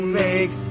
make